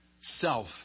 Self